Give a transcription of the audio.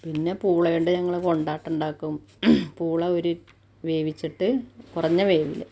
പിന്നെ പൂളേണ്ടങ്ങൾ കൊണ്ടാട്ടമുണ്ടാക്കും പൂള ഒരു വേവിച്ചിട്ട് കുറഞ്ഞ വേവിൽ